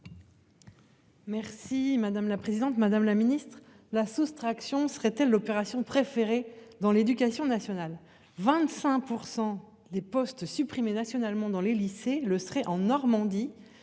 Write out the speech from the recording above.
Merci madame la présidente, madame la Ministre, la soustraction serait-elle l'opération préféré dans l'éducation nationale, 25% des postes supprimés nationalement dans les lycées le serait en Normandie